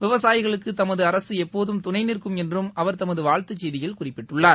விவசாயிகளுக்கு தமது அரசு எப்போதும் துணை நிற்கும் என்றும் அவர் தமது வாழ்த்துச் செய்தியில் குறிப்பிட்டுள்ளார்